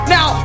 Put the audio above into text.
Now